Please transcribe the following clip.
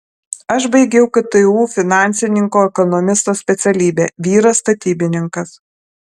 aš baigiau ktu finansininko ekonomisto specialybę vyras statybininkas